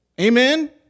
Amen